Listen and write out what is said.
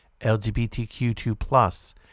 LGBTQ2+